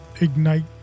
ignite